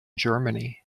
germany